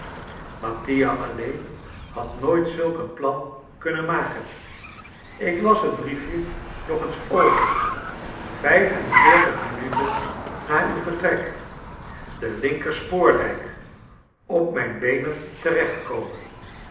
mattia alleen had nooit zulk een plan kunnen maken ik las het briefje nog eens over vijf en veertig minuten na uw vertrek de linkerspoordijk op mijn beenen